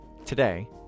Today